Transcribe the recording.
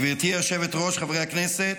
גברתי היושבת-ראש, חברי הכנסת,